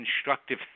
constructive